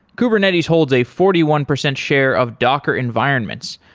kubernetes holds a forty one percent share of docker environments,